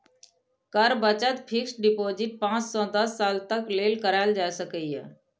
कर बचत fixed deposit पांच सं दस साल तक लेल कराएल जा सकैए